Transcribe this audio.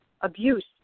abuse